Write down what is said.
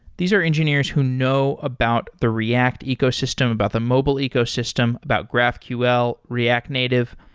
these are engineers who know about the react ecosystem, about the mobile ecosystem, about graphql, react native.